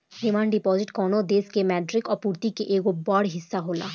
demand deposit कवनो देश के मौद्रिक आपूर्ति के एगो बड़ हिस्सा होला